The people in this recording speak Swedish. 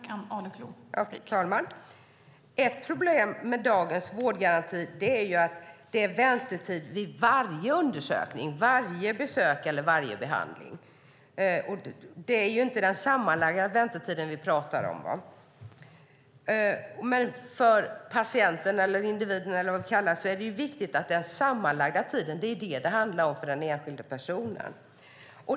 Fru talman! Ett problem med dagens vårdgaranti är att det är väntetid vid varje undersökning, varje besök eller varje behandling. Det är inte den sammanlagda väntetiden vi pratar om. Men för patienten eller individen, eller vad vi kallar det, är det viktigt med den sammanlagda tiden. Det är det som det handlar om för den enskilda personen.